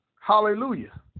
Hallelujah